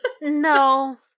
No